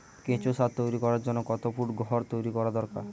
কেঁচো সার তৈরি করার জন্য কত ফুট ঘর তৈরি করা দরকার?